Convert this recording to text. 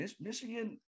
Michigan